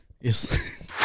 Yes